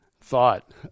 thought